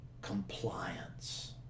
compliance